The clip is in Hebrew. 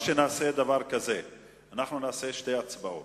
אנחנו נקיים שתי הצבעות,